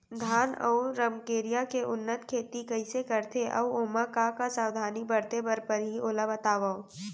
धान अऊ रमकेरिया के उन्नत खेती कइसे करथे अऊ ओमा का का सावधानी बरते बर परहि ओला बतावव?